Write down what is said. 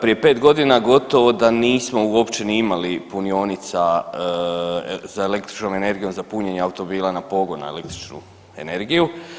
Prije 5 godina gotovo da nismo uopće ni imali punionica za električnom energijom, za punjenje automobila na pogon na električnu energiju.